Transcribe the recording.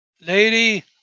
Lady